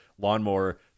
lawnmower